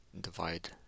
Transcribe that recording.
divide